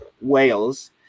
Wales